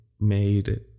made